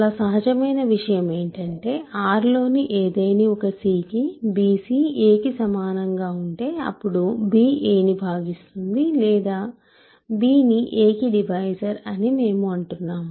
చాలా సహజమైన విషయం ఏంటంటే R లోని ఏదేని ఒక c కి bc a కి సమానంగా ఉంటే అప్పుడు b a ని భాగిస్తుంది లేదా b ని a కి డివైజర్ అని మేము అంటున్నాము